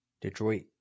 Detroit